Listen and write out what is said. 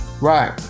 right